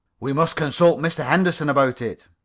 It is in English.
we must consult mr. henderson about it,